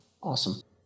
Awesome